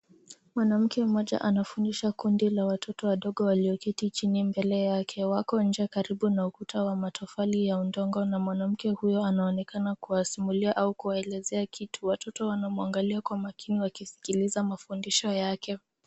Mwanamke mmoja anafundisha kundi la watoto wadogo walioketi chini mbele yake. Wako nje karibu na ukuta wa matofali ya udongo na mwanamke huyo anaonekana kuwasimulia au kuwaelezea kitu. Watoto wanamwangalia kwa makini wakiskiza mafundisho yake.